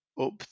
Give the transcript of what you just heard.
up